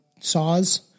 saws